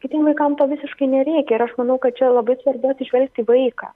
kitiem vaikam to visiškai nereikia ir aš manau kad čia labai svarbu atsižvelgti į vaiką